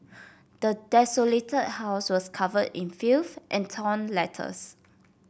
the desolated house was covered in filth and torn letters